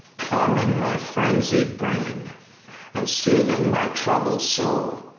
calming my frenzied brain and soothing my troubled soul.